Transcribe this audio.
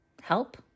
help